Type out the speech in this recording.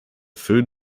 food